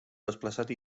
desplaçat